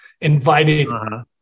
inviting